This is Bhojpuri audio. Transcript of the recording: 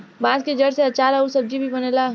बांस के जड़ से आचार अउर सब्जी भी बनेला